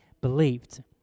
believed